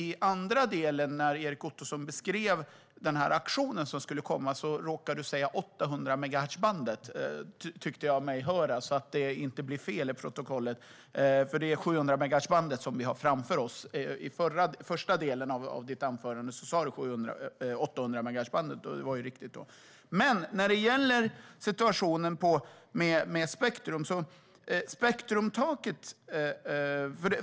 I den andra delen, när Erik Ottoson beskrev den auktion som skulle komma råkade han säga 800-megahertzbandet, tyckte jag mig höra. Jag säger detta så att det inte blir fel i protokollet, för det är 700-megahertzbandet som vi har framför oss. I första delen av ditt anförande sa du 800-megahertzbandet, och det var riktigt då. Sedan gäller det situationen med spektrum.